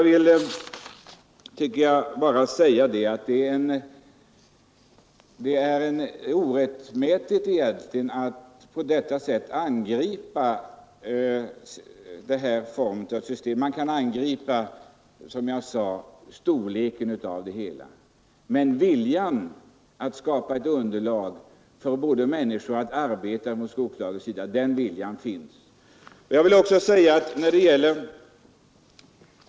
Men det är egentligen orättmätigt att på detta vis angripa systemet. Man kan, som jag sade, angripa omfattningen av det hela, men viljan att skapa ett underlag för människors arbete finns hos skogsbolagen.